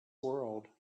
world